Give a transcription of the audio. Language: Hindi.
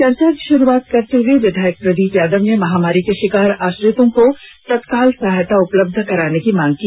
चर्चा की शुरुआत करते हुए विधायक प्रदीप यादव ने महामारी के षिकार आश्रितों को तत्काल सहायता उपलब्ध कराने की मांग की